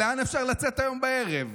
לאן אפשר לצאת היום בערב,